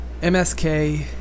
MSK